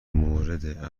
مورد